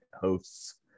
hosts